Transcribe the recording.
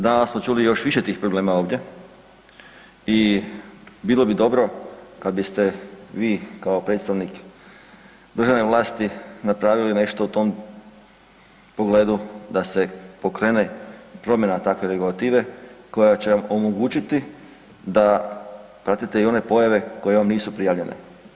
Danas smo čuli još više tih problema ovdje i bilo bi dobro kada biste vi kao predstavnik državne vlasti napravili nešto u tom pogledu da se pokrene promjena takve regulative koja će omogućiti da pratite i one pojave koje vam nisu prijavljene.